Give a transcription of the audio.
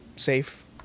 safe